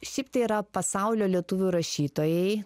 šiaip tai yra pasaulio lietuvių rašytojai